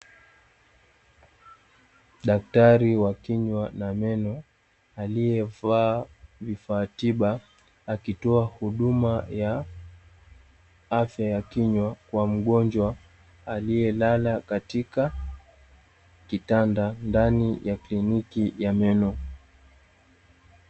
Daktari wa kinywa na meno aliyevaa vifaa tiba, akitoa huduma ya afya ya kinywa kwa mgonjwa aliyelala katika kitanda ndani ya kliniki ya meno.